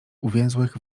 uwięzłych